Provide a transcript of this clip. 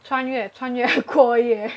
穿越穿越过越